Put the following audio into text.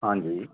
ਹਾਂਜੀ